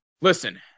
Listen